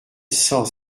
cent